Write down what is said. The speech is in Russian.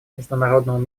международному